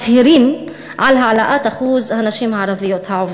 מצהירים על העלאת אחוז הנשים הערביות העובדות.